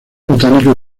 botánico